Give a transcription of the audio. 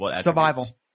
Survival